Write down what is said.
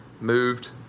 moved